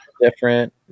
different